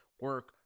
Work